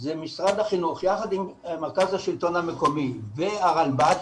משרד החינוך יחד עם מרכז השלטון המקומי והרלב"ד